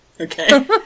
Okay